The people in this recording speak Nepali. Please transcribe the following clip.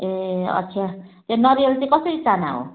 ए अच्छा ए नरिवल चाहिँ कसरी चाना हो